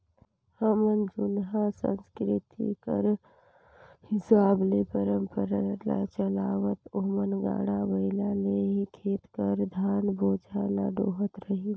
हमर जुनहा संसकिरती कर हिसाब ले परंपरा ल चलावत ओमन गाड़ा बइला ले ही खेत कर धान बोझा ल डोहत रहिन